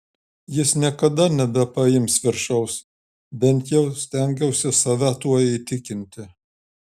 jis niekada nebepaims viršaus bent jau stengiausi save tuo įtikinti